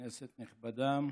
כנסת נכבדה,